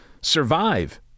survive